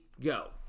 go